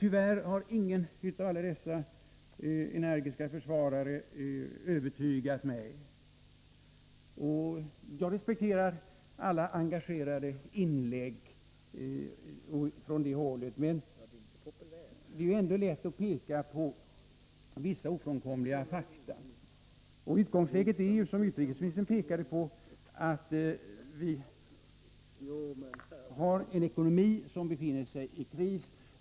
Tyvärr har ingen av alla dessa energiska försvarare övertygat mig. Jag respekterar alla engagerade inlägg från det hållet, men det är ändå lätt att peka på vissa ofrånkomliga fakta. Utgångsläget är, som utrikesministern sade, att vi har en ekonomi som befinner sig i kris.